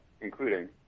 including